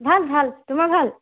ভাল ভাল তোমাৰ ভাল